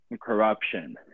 corruption